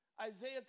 Isaiah